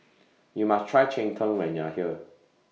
YOU must Try Cheng Tng when YOU Are here